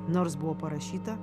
nors buvo parašyta